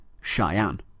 Cheyenne